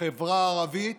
בחברה הערבית